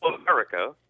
America